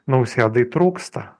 nausėdai trūksta